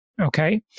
Okay